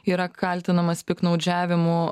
yra kaltinamas piktnaudžiavimu